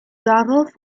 darauf